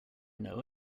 know